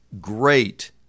great